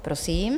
Prosím.